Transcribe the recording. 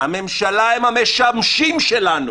הממשלה הם המשמשים שלנו,